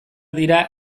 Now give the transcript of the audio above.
dira